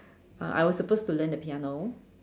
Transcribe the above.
uh I was supposed to learn the piano